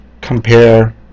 compare